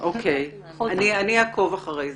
אני אעקוב אחרי זה.